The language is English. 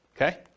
okay